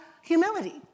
humility